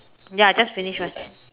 ya I just finish one